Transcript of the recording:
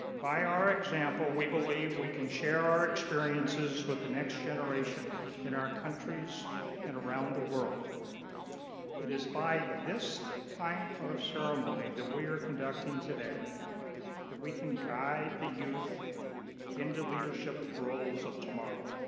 by our example we believe we can share our experiences with the next generation in our countries and around the world it is by this type of ceremony that we are conducting today that we can guide the youth into leadership roles of tomorrow